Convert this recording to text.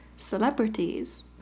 celebrities